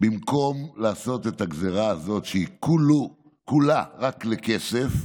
במקום לעשות את הגזרה הזאת שהיא כולה רק לכסף,